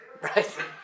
Right